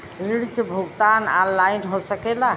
ऋण के भुगतान ऑनलाइन हो सकेला?